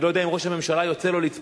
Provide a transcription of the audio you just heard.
אני לא יודע אם ראש הממשלה יוצא לו לצפות,